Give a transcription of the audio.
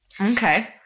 Okay